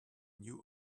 new